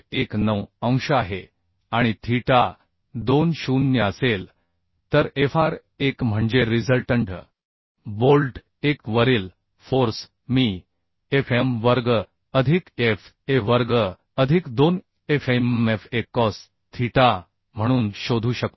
19 अंश आहे आणि थीटा 2 0 असेल तर Fr1 म्हणजे रिझल्टंट बोल्ट 1 वरील फोर्स मी Fm वर्ग अधिक Fa वर्ग अधिक 2 FmFaकॉस थीटा म्हणून शोधू शकतो